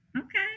Okay